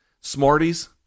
Smarties